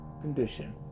condition